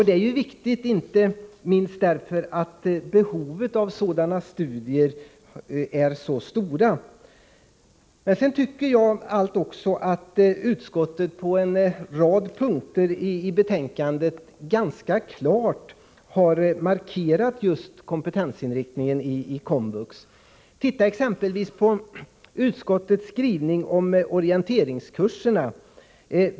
Det är viktigt inte minst därför att behovet av sådan utbildning är stort. Jag tycker att utskottet på en rad punkter i betänkandet ganska klart har markerat just kompetensinriktningen i komvux. Se exempelvis på utskottets skrivning om orienteringskurserna!